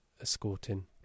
escorting